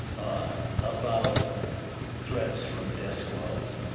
ah about threats from death squads,